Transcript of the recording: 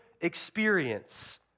experience